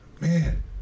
man